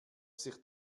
sich